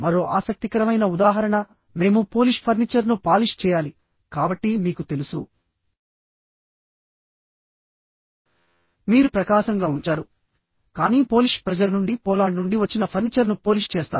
మరో ఆసక్తికరమైన ఉదాహరణ మేము పోలిష్ ఫర్నిచర్ను పాలిష్ చేయాలి కాబట్టి మీకు తెలుసు మీరు ప్రకాశం గా ఉంచారు కానీ పోలిష్ ప్రజల నుండి పోలాండ్ నుండి వచ్చిన ఫర్నిచర్ను పోలిష్ చేస్తారు